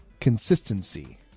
consistency